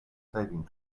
saving